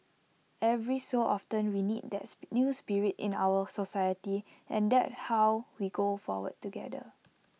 every so often we need that new spirit in our society and that how we go forward together